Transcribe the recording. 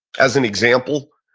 as an example,